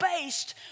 based